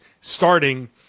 starting